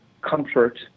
comfort